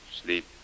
Sleep